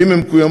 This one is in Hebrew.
ואם הן מקוימות,